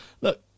look